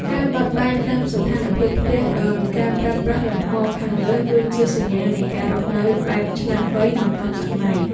ការបត់បែនតាមស្ថានភាពផ្ទះដោយការប្រើប្រាស់លំហរខាងលើគឺជាសញ្ញានៃការរស់នៅបែបឆ្លាតវៃនិងទាន់សម័យ។